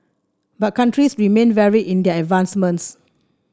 but countries remain varied in their advancements